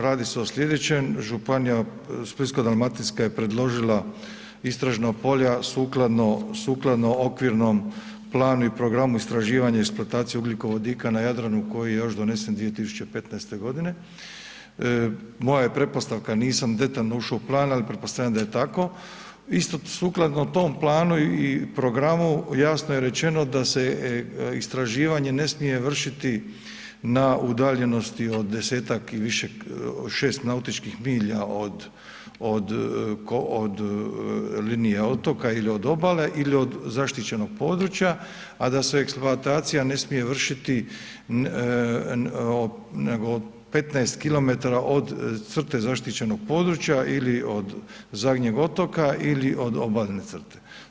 Radi se o slijedećem, županija Splitsko-dalmatinska je predložila istražna polja sukladno okvirnom planu i programu istraživanja i eksploataciji ugljikovodika na Jadranu koji je još donesen 2015. g., moja je pretpostavka, nisam detaljno ušao u plan ali pretpostavljam da je tako, isto sukladno tom planu i programu, jasno je rečeno da se istraživanje ne smije vršiti na udaljenosti od 10-ak i više 6 nautičkih milja od linije otoka ili obale ili od zaštićenog područja, a da se eksploatacija ne smije vršiti nego 15 km od crte zaštićenog područja ili od zadnjeg otoka ili od obalne crte.